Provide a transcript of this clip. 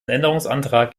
änderungsantrag